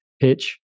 pitch